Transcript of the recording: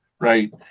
right